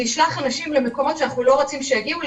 שישלח אנשים למקומות שאנחנו לא רוצים שיגיעו אליהם,